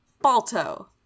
Balto